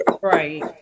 Right